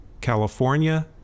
California